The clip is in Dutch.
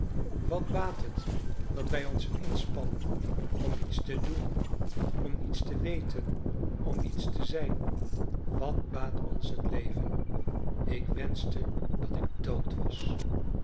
wat baat het dat wij ons inspannen om iets te doen om iets te weten om iets te zijn wat baat ons het leven ik wenschte dat ik dood was